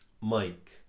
Mike